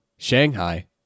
Shanghai